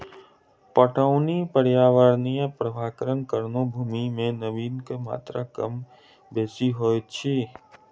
पटौनीक पर्यावरणीय प्रभावक कारणेँ भूमि मे नमीक मात्रा कम बेसी होइत अछि